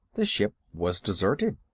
the ship was deserted.